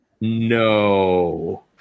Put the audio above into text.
no